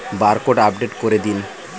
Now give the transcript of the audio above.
Barcode update করে দিন?